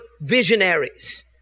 visionaries